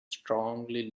strongly